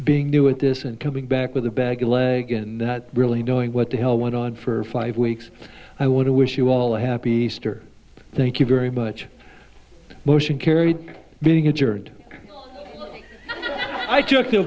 being new at this and coming back with a bag a leg and really knowing what the hell went on for five weeks i want to wish you all a happy easter thank you very much motion carried being injured i took